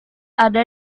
ada